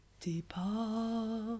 depart